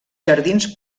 jardins